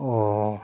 অঁ